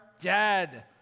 dead